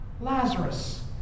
Lazarus